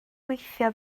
gweithio